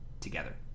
together